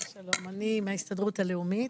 שלום, אני מההסתדרות הלאומית.